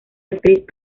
actriz